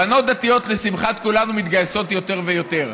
בנות דתיות, לשמחת כולנו, מתגייסות יותר ויותר.